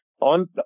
On